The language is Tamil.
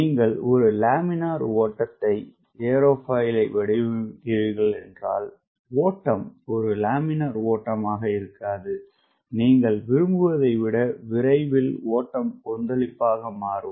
நீங்கள் ஒரு லேமினார் ஓட்டம் ஏரோஃபாயிலை வடிவமைக்கிறீர்கள் என்றால் ஓட்டம் ஒரு லேமினார் ஓட்டமாக இருக்காது நீங்கள் விரும்புவதை விட விரைவில் ஓட்டம் கொந்தளிப்பாக மாறும்